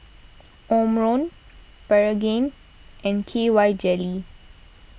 Omron Pregain and K Y Jelly